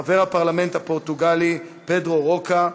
חבר הפרלמנט הפורטוגלי פדרו רוקה,